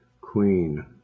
queen